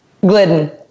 Glidden